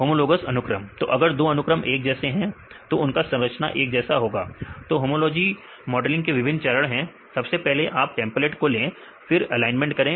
विद्यार्थी होमोलॉग्स अनुक्रम तो अगर दो अनुक्रम एक जैसे हैं तो उनका संरचना एक जैसा होगा तो होमोलॉजी मॉडलग के विभिन्न चरण हैं सबसे पहले आप टेंपलेट लें फिर एलाइनमेंट करें